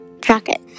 jacket